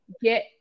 get